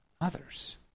others